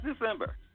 December